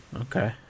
okay